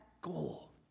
goal